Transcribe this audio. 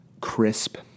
crisp